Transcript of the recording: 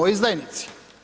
Izdajnici.